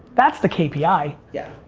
that's the kpi. yeah.